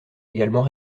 également